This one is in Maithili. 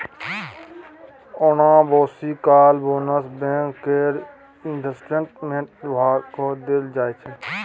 ओना बेसी काल बोनस बैंक केर इंवेस्टमेंट बिभाग केँ देल जाइ छै